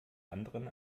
anderen